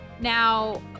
Now